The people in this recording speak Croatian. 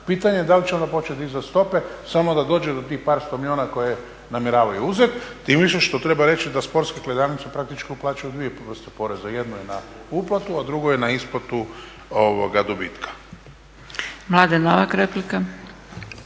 pitanje je da li će onda počet dizat stope samo da dođe do tih par sto milijuna koje namjeravaju uzet, tim više što treba reći da sportske kladionice praktički uplaćuju dvije vrste poreza: jedno je na uplatu, a drugo je na isplatu dobitka. **Zgrebec, Dragica